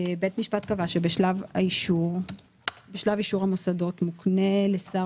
בית המשפט קבע שבשלב אישור המוסדות מוקנה לשר